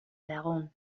aragón